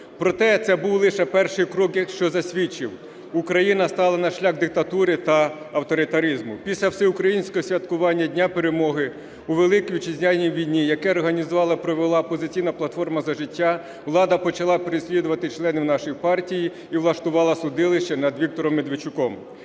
Проте це був лише крок, що засвідчив, Україна стала на шлях диктатури та авторитаризму. Після всеукраїнського святкування Дня перемоги у Великій Вітчизняній війні, яке організувала і провела "Опозиційна платформа - За життя", влада почала переслідувати членів нашої партії і влаштувала судилище над Віктором Медведчуком.